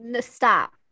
stop